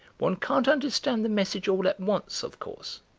one can't understand the message all at once, of course,